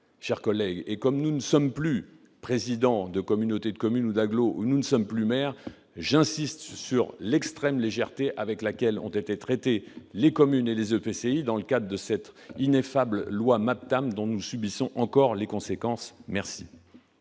alors que nous ne sommes plus ni présidents de communauté de communes ou d'agglomération ni maires. J'insiste sur l'extrême légèreté avec laquelle ont été traités les communes et les EPCI dans le cadre de cette ineffable loi MAPTAM dont nous subissons encore les conséquences.